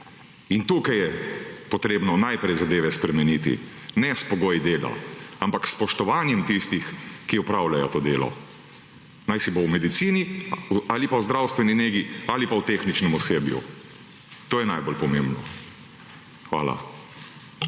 In tukaj je potrebno najprej zadeve spremeniti, ne s pogoji dela, ampak s spoštovanjem tistih, ki opravljajo to delo, najsi bo v medicini ali pa v zdravstveni negi ali pa v tehničnem osebju. To je najbolj pomembno. Hvala.